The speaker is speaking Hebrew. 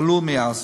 כלול מאז.